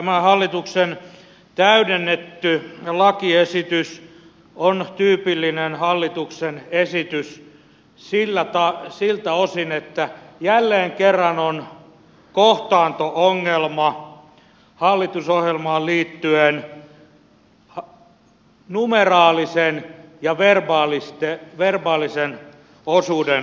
tämä hallituksen täydennetty lakiesitys on tyypillinen hallituksen esitys siltä osin että jälleen kerran on kohtaanto ongelma hallitusohjelmaan liittyen numeraalisen ja verbaalisen osuuden kohdalla